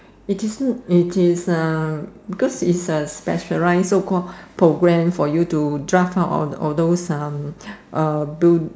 it is a because its a specialise so called program for you to draft out those